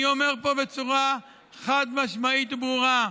אני אומר פה בצורה חד-משמעית וברורה: